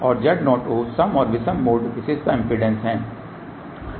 तो Z0e और Z0o सम और विषम मोड विशेषता इम्पीडेन्स हैं